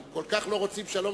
הם כל כך לא רוצים שלום,